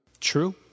True